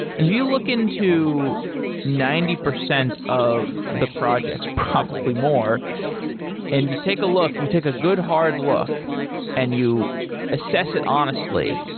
and you you look into ninety percent of the projects, probably more and you take a look. you take a good hard look and you assess it honestly.